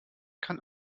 kann